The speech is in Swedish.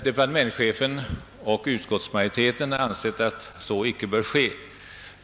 Departementschefen och utskottsmajoriteten har ansett att så icke bör ske.